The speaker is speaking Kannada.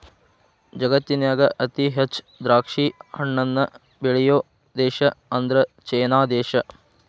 ಜಗತ್ತಿನ್ಯಾಗ ಅತಿ ಹೆಚ್ಚ್ ದ್ರಾಕ್ಷಿಹಣ್ಣನ್ನ ಬೆಳಿಯೋ ದೇಶ ಅಂದ್ರ ಚೇನಾ ದೇಶ